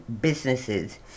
businesses